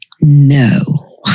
No